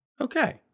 okay